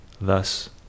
Thus